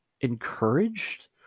encouraged